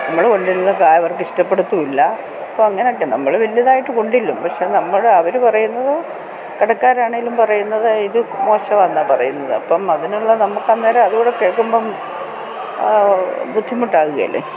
നമ്മൾ കൊണ്ട് വരുന്ന കായ് അവർക്ക് ഇഷ്ടപ്പെടത്തും ഇല്ല അപ്പം അങ്ങനൊക്കെ നമ്മൾ വലുതായിട്ട് കൊണ്ടെല്ലും പക്ഷേ നമ്മൾ അവർ പറയുന്നത് കടക്കാരാണേലും പറയുന്നത് ഇത് മോശവാന്നാ പറയുന്നത് അപ്പം അതിനുള്ള നമുക്ക് അന്നേരം അതൂടെ കേൾക്കുമ്പം ബുദ്ധിമുട്ടാകുകേലെ